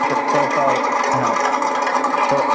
اچھا صوفہ ہاں تو